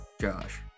Josh